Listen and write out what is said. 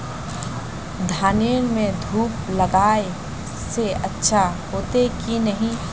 धानेर में धूप लगाए से अच्छा होते की नहीं?